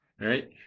right